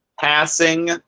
Passing